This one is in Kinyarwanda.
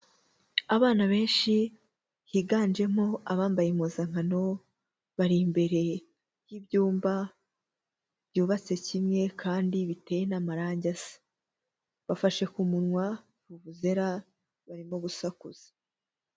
Abana benshi higanjemo abambaye impuzankano, bari imbere y'ibyumba byubatse kimwe kandi biteye n'amarangi asa, bafashe ku munwa vuvuzera barimo gusakuza.